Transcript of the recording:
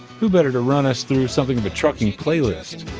who better to run us through something of a trucking playlist?